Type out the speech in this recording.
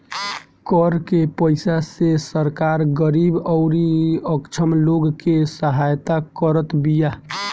कर के पईसा से सरकार गरीबी अउरी अक्षम लोग के सहायता करत बिया